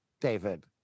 David